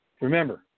remember